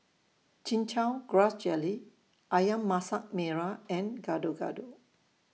Chin Chow Grass Jelly Ayam Masak Merah and Gado Gado